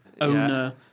owner